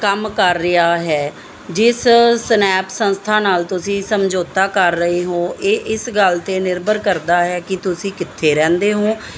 ਕੰਮ ਕਰ ਰਿਹਾ ਹੈ ਜਿਸ ਸਨੈਪ ਸੰਸਥਾ ਨਾਲ ਤੁਸੀਂ ਸਮਝੌਤਾ ਕਰ ਰਹੇ ਹੋ ਇਹ ਇਸ ਗੱਲ ਤੇ ਨਿਰਭਰ ਕਰਦਾ ਹੈ ਕਿ ਤੁਸੀਂ ਕਿੱਥੇ ਰਹਿੰਦੇ ਹੋ